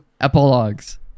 epilogues